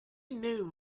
knew